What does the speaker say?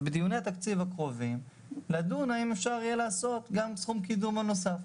ובדיוני התקציב הקרובים לדון האם אפשר יהיה לעשות גם סכום קידום נוסף.